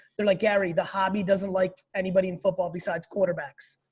they're like gary, the hobby doesn't like anybody in football besides quarterbacks.